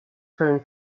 fällen